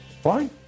Fine